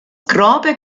grobe